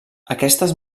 aquestes